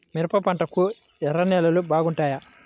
మిరప పంటకు ఎర్ర నేలలు బాగుంటాయా?